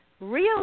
Real